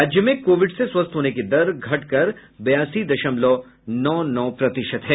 राज्य में कोविड से स्वस्थ होने की दर घटकर बयासी दशमलव नौ नौ प्रतिशत है